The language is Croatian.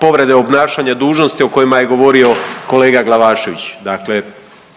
povrede obnašanja dužnosti o kojima je govorio kolega Glavašević.